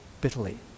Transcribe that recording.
bitterly